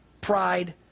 pride